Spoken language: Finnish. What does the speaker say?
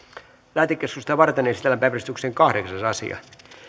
lähetekeskustelua varten esitellään päiväjärjestyksen kahdeksas asia